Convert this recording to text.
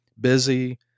busy